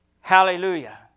Hallelujah